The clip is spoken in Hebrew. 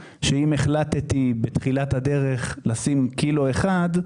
שאם החלטתי בתחילת הדרך לשים קילו אחד,